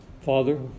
Father